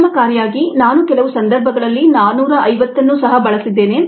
ಪರಿಣಾಮಕಾರಿಯಾಗಿ ನಾನು ಕೆಲವು ಸಂದರ್ಭಗಳಲ್ಲಿ 450 ಅನ್ನು ಸಹ ಬಳಸಿದ್ದೇನೆ